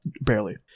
Barely